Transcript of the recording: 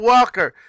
Walker